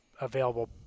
available